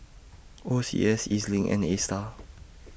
O C S Ez LINK and ASTAR